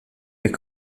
mais